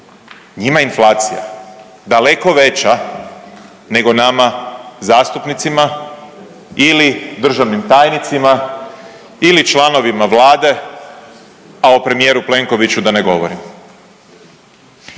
njima je inflacija daleko veća nego nama zastupnicima ili državnim tajnicima ili članovima Vlade, a o premijeru Plenkoviću da ne govorim.